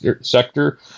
sector